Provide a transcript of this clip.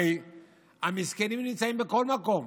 הרי המסכנים נמצאים בכל מקום.